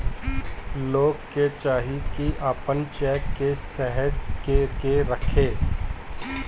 लोग के चाही की आपन चेक के सहेज के रखे